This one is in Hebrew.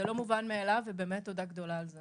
זה לא מובן מאליו, ובאמת תודה גדולה על זה.